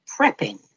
prepping